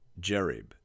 Jerib